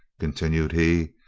continued he,